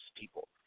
people